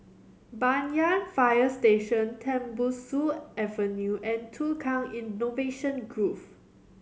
Banyan Fire Station Tembusu Avenue and Tukang Innovation Grove